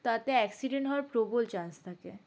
তাতে অ্যাক্সিডেন্ট হওয়ার প্রবল চান্স থাকে